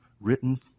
written